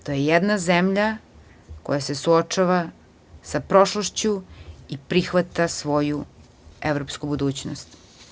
To je jedna zemlja koja se suočava sa prošlošću i prihvata svoju evropsku budućnost.